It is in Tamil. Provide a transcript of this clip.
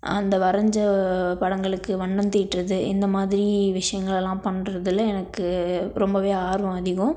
அந்த வரைஞ்ச படங்களுக்கு வண்ணம் தீட்டுறது இந்தமாதிரி விஷயங்களெல்லாம் பண்ணுறதுல எனக்கு ரொம்பவே ஆர்வம் அதிகம்